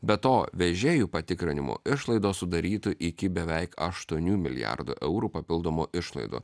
be to vežėjų patikrinimų išlaidos sudarytų iki beveik aštuonių milijardų eurų papildomų išlaidų